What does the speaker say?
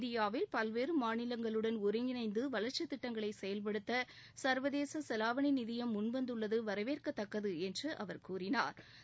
இந்தியாவில் பல்வேறு மாநிலங்களுடன் ஒருங்கிணைந்து வளர்ச்சித் திட்டங்களை செயல்படுத்து சா்வதேச செலாவணி நிதியம் முன்வந்துள்ளது வரவேற்கத்தக்கது என்று கூறினாா்